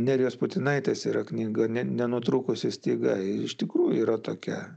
nerijos putinaitės yra knyga ne nenutrūkusi styga ir iš tikrųjų yra tokia